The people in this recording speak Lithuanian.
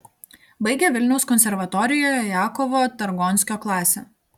baigė vilniaus konservatorijoje jakovo targonskio klasę